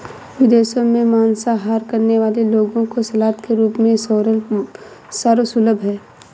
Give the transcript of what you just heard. विदेशों में मांसाहार करने वाले लोगों को सलाद के रूप में सोरल सर्व सुलभ है